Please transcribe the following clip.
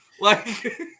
Like-